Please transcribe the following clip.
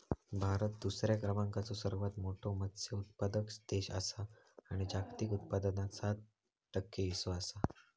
भारत दुसऱ्या क्रमांकाचो सर्वात मोठो मत्स्य उत्पादक देश आसा आणि जागतिक उत्पादनात सात टक्के हीस्सो आसा